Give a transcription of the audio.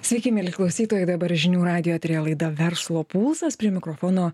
sveiki mieli klausytojai dabar žinių radijo laida verslo pulsas prie mikrofono